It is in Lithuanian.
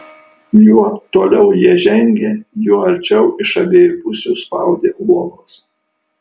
juo toliau jie žengė juo arčiau iš abiejų pusių spaudė uolos